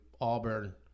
Auburn